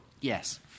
yes